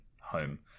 home